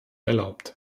erlaubt